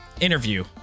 interview